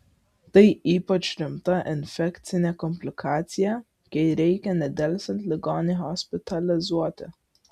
tai ypač rimta infekcinė komplikacija kai reikia nedelsiant ligonį hospitalizuoti